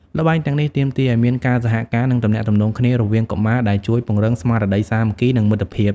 ល្បែងទាំងនេះទាមទារឱ្យមានការសហការ និងទំនាក់ទំនងគ្នារវាងកុមារ ដែលជួយពង្រឹងស្មារតីសាមគ្គី និងមិត្តភាព ។